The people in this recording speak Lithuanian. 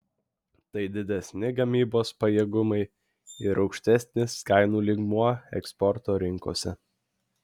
tai didesni gamybos pajėgumai ir aukštesnis kainų lygmuo eksporto rinkose